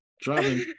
driving